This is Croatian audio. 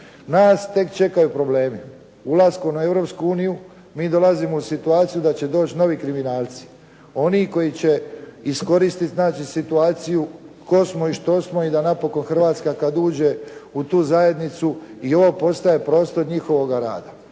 Nas tek čekaju problemi. Ulaskom u Europsku uniju mi dolazimo u situaciju da će doći novi kriminalci, oni koji će iskoristiti znači situaciju tko smo i što smo i da napokon Hrvatska kad uđe u tu zajednicu i ovo postaje prostor njihovoga rada